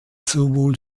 sowohl